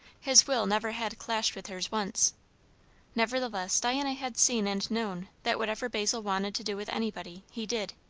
his will never had clashed with hers once nevertheless diana had seen and known that whatever basil wanted to do with anybody, he did.